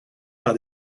par